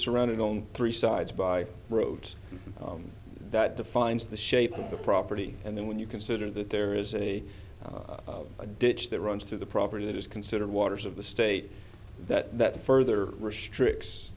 surrounded on three sides by rote that defines the shape of the property and then when you consider that there is a ditch that runs through the property that is considered waters of the state that further restricts